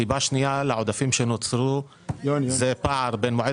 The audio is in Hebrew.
סיבה שנייה לעודפים שנוצרו זה פער בין מועד